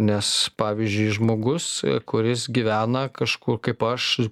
nes pavyzdžiui žmogus kuris gyvena kažkur kaip aš